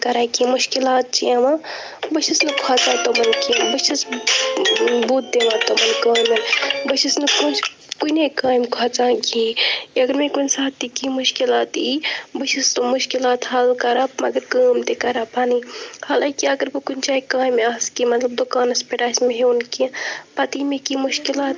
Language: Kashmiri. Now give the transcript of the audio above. کَرٕہا کیٚنہہ مُشکِلات چھِ یِوان بہٕ چھَس نہٕ کھوژان تِمَن کیٚنہہ بہٕ چھَس بُتھ دِوان تِمَن کامیٚن بہٕ چھَس نہٕ کُنے کامہِ کھۄژان کِہیٖنۍ اگر مےٚ کُنہِ ساتہٕ تہِ کیٚنہہ مُشکِلات ییہِ بہٕ چھَس مُشکِلات حل کران مگر کٲم تہِ کران پَنٕنۍ حالانکہ اگر بہٕ کُنہِ جایہِ کامہِ آسہٕ کیٚنہہ مطلب دُکانَس پٮ۪ٹھ آسہِ مےٚ ہیوٚن کیٚنہہ پَتہٕ ییہِ مےٚ کیٚنہہ مُشکِلات